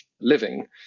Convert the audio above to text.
living